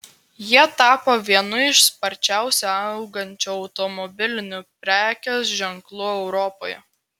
jie tapo vienu iš sparčiausiai augančių automobilinių prekės ženklų europoje